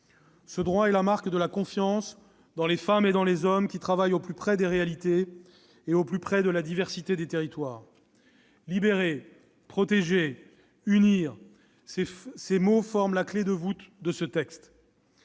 Ce droit est la marque de confiance dans les femmes et les hommes qui travaillent au plus près des réalités et de la diversité des territoires. Libérer, protéger, unir : ces mots forment la clé de voûte de ce texte.